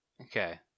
Okay